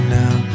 now